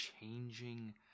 changing